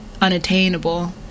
unattainable